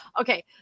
Okay